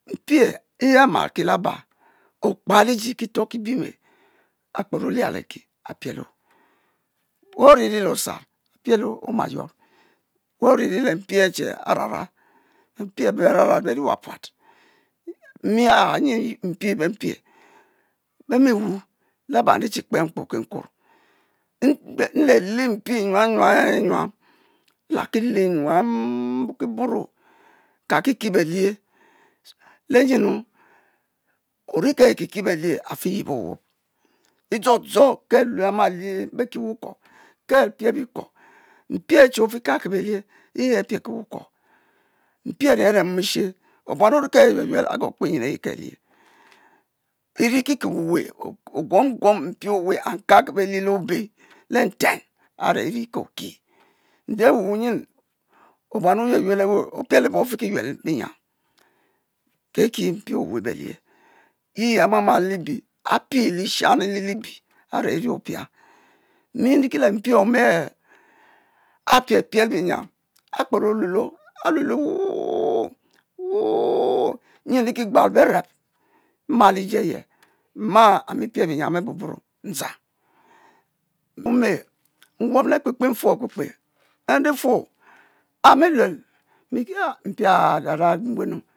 A're wu' nyiam a'bue wu gba gbal, a'bu wini le' be'fuorong a'abu wa'pi pie be' nyen a' bu' e' tchoni-tchoni' tche wu' nyiam a' bua wu' ri le be' fuorong a're mpie, mpie a' lie-lie le' bu' nyiam a' bu le-libie and bi' nyiam a'ani le-libie a' be' bi be' fang mpie le' befuoiong abe a' lie-lie' le be nyiam a'pie'piel, wu' nyiam le kitorr ba'nkap mpie e' tche ami yeli mlie, apie-piel wu'nyium abua nyi bibel binyiam ba' nyiam nyem ayi be'kuo bu nyiam mpie apie-piel a've, bekwe e'hehe, le' butung, wu nyiam a'bue nyi bu m'bi tche mpie a'fe ki mal opielo ke-lewa wu' nyiam a're ki' toir mpke apie-piel and ke'tou ke'ri' le bagbalo! e pen-ti penu e-re ye a'be e penu bi nyen, ke' ma ise telo nyee! Kekel nyen a'yi we openeh ke shen bi tchem kuet ke ma' vue le iji ayi' kpo, la' ba keiri dzo. dzo ki e'yuel, ke' o'yuel e'ri o'fen kwe ke fen fen nyuam, e' fe le, openu-penu o'lue o' she n'yi shen bi thcem omako o' mi dzang, but le aba, la aba ofi kei-kei ekj le okelo le oke le okelo le' even le e'nue e'ri dzo dzo dselo ke'lon keje fe e'fe tche kiige fe, ki'ri'nu puat, o'fi kelo, o'fi kelkel e'ki le okelo.